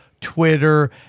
twitter